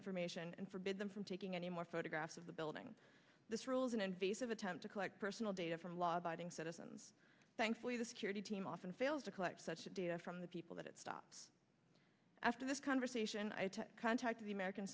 information and forbid them from taking any more photographs of the building this rules an invasive attempt to collect personal data from law abiding citizens thankfully the security team often fails to collect such data from the people that it stops after this conversation i had to contact the american